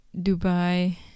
Dubai